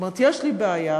כלומר יש לי בעיה,